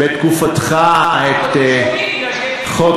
בתקופתך, אותי שומעים בגלל שיש לי קול חזק.